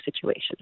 situation